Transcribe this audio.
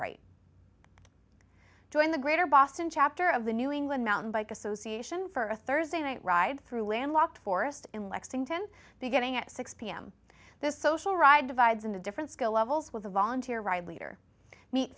bright join the greater boston chapter of the new england mountain bike association for a thursday night ride through landlocked forest in lexington beginning at six pm this social ride divides into different skill levels with a volunteer ride leader meet